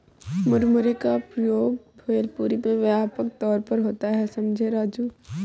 मुरमुरे का प्रयोग भेलपुरी में व्यापक तौर पर होता है समझे राजू